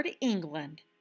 England